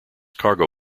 cargo